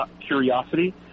Curiosity